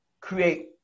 create